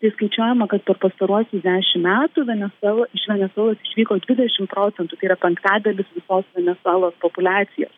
tai skaičiuojama kad per pastaruosius dešim metų venesuela iš venesuelos išvyko dvidešim procentų yra penktadalis visos venesuelos populiacijos